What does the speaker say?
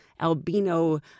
albino